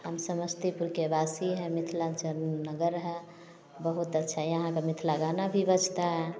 हम समस्तीपुर के वासी है मिथलांचल नगर है बहुत अच्छा है यहाँ का मिथला गाना भी बजता है